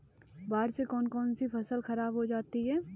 बाढ़ से कौन कौन सी फसल खराब हो जाती है?